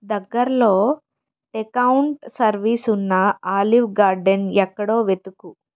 దగ్గరలో account service ఉన్న Olive Garden ఎక్కడో వెతుకు